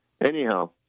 Anyhow